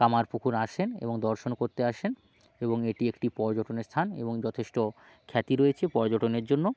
কামারপুকুর আসেন এবং দর্শন করতে আসেন এবং এটি একটি পর্যটনের স্থান এবং যথেষ্ট খ্যাতি রয়েছে পর্যটনের জন্য